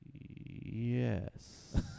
Yes